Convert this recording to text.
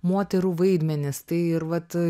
moterų vaidmenys tai ir vat